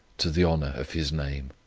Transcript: to the honour of his name.